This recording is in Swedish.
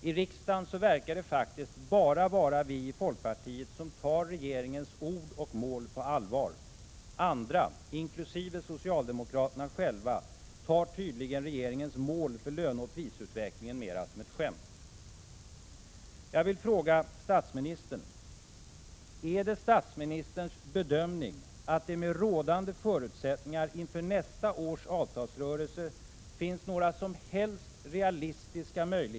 I riksdagen verkar det faktiskt bara vara vi i folkpartiet som tar regeringens ord och mål på allvar. Andra, inkl. socialdemokraterna själva, tar tydligen regeringens mål för löneoch prisutvecklingen mer som ett skämt.